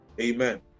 Amen